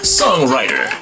songwriter